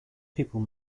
people